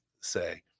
say